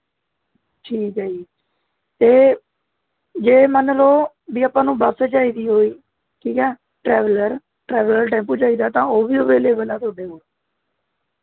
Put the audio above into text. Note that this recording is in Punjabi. ਠੀਕ ਹੈ ਜੀ ਅਤੇ ਜੇ ਮੰਨ ਲਉ ਵੀ ਆਪਾਂ ਨੂੰ ਬੱਸ ਚਾਹੀਦੀ ਹੋਈ ਠੀਕ ਹੈ ਟਰੈਵਲਰ ਟਰੈਵਲਰ ਟੈਂਪੂ ਚਾਹੀਦਾ ਤਾਂ ਉਹ ਵੀ ਅਵੇਲੇਵਲ ਹੈ ਤੁਹਾਡੇ ਕੋਲ